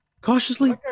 cautiously